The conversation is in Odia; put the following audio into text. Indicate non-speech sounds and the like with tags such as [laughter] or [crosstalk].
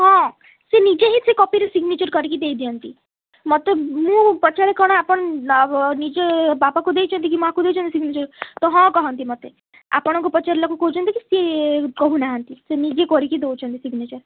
ହଁ ସେ ନିଜେ ହିଁ ସେ କପିରେ ସିଗ୍ନେଚର୍ କରି କି ଦେଇ ଦିଅନ୍ତି ମୋତେ ମୁଁ ପଚାରେ କ'ଣ ଆପଣ [unintelligible] ନିଜେ ବାପାକୁ ଦେଇଛନ୍ତି କି ମାଆକୁ ଦେଇଛନ୍ତି ସିଗ୍ନେଚର୍ ତ ହଁ କହନ୍ତି ମୋତେ ଆପଣଙ୍କୁ ପଚାରିଲାରୁ କହୁଛନ୍ତି କି ସେ କହୁ ନାହାନ୍ତି ସେ ନିଜେ କରି କି ଦେଉଛନ୍ତି ସିଗ୍ନେଚର୍